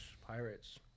pirates